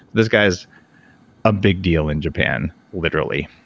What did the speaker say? this guy is a big deal in japan, literally.